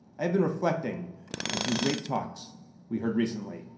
i've been reflecting on some great talks we heard recently.